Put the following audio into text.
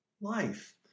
life